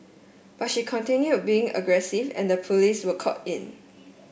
but she continued being aggressive and the police were called in